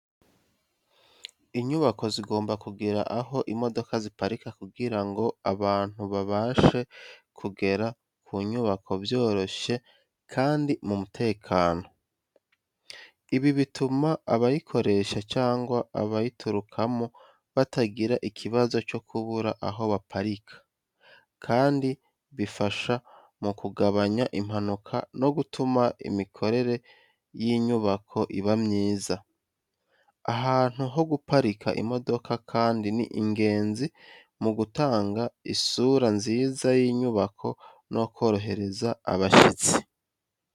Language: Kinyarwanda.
Inyubako zigomba kugira aho imodoka ziparika kugira ngo abantu babashe kugera ku nyubako byoroshye kandi mu mutekano. Ibi bituma abayikoresha cyangwa abayiturukamo batagira ikibazo cyo kubura aho baparika, kandi bifasha mu kugabanya impanuka no gutuma imikorere y’inyubako iba myiza. Ahantu ho guparika imodoka kandi ni ingenzi mu gutanga isura nziza y’inyubako no korohereza abashyitsi.